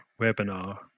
webinar